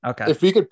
Okay